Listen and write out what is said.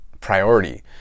priority